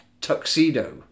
Tuxedo